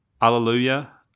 Alleluia